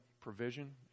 provision